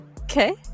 Okay